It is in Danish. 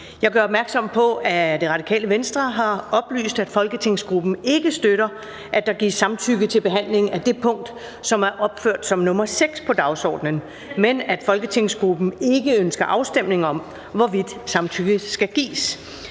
Jeg gør opmærksom på, at Det Radikale Venstre har oplyst, at folketingsgruppen ikke støtter, at der gives samtykke til behandling af det punkt, som er opført som nr. 6 på dagsordenen, men at folketingsgruppen ikke ønsker afstemning om, hvorvidt samtykke skal gives.